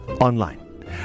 online